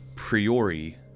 Priori